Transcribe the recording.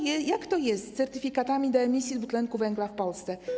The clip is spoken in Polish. Jak to jest z certyfikatami emisji dwutlenku węgla w Polsce?